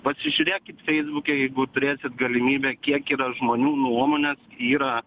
pasižiūrėkit feisbuke jeigu turėsit galimybę kiek yra žmonių nuomonės yra